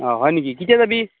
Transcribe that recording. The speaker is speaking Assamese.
অ' হয় নেকি কেতিয়া যাবি